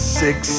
six